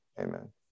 Amen